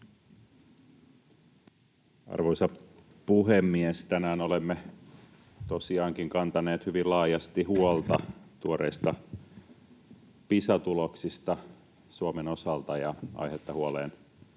Arvoisa puhemies! Tänään olemme tosiaankin kantaneet hyvin laajasti huolta tuoreista Pisa-tuloksista Suomen osalta, ja aihetta huoleen